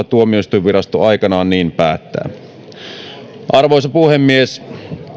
tuomioistuinvirasto aikanaan niin päättää arvoisa puhemies